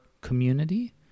community